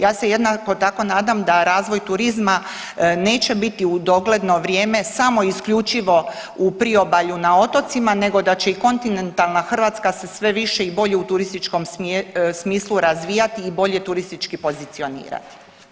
Ja se jednako tako nadam da razvoj turizma neće biti u dogledno vrijeme samo isključivo u priobalju na otocima nego da će i Kontinentalna Hrvatska se sve više i bolje u turističkom smislu razvijati i bolje turistički pozicionirati.